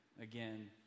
again